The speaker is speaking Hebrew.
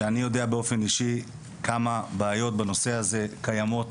שאני יודע באופן אישי כמה בעיות בנושא הזה קיימות